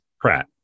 Pratt